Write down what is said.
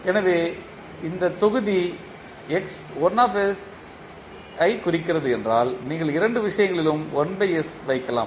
எனவே இந்த தொகுதி குறிக்கிறது என்றால் நீங்கள் இரண்டு விஷயங்களிலும் 1s வைக்கலாம்